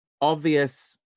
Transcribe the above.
obvious